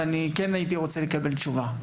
ואני כן הייתי רוצה לקבל עליה תשובה.